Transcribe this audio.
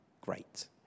great